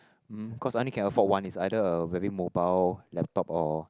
mmhmm cause I only can afford one it's either a maybe mobile laptop or